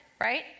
right